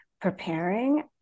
preparing